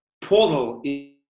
portal